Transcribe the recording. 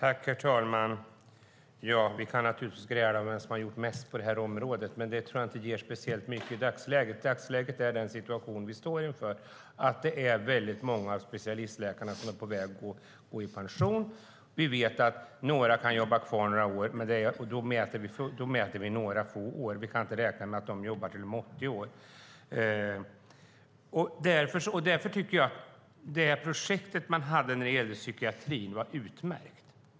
Fru talman! Vi kan naturligtvis gräla om vem som har gjort mest på det här området, men jag tror inte att det ger speciellt mycket i dagsläget. Vi står inför en situation där det är väldigt många av specialistläkarna som är på väg att gå i pension. Vi vet att en del kan jobba kvar några år, men det handlar om några få år. Vi kan inte räkna med att de jobbar tills de är 80 år. Jag tycker att det projekt som fanns när det gäller psykiatrin var utmärkt.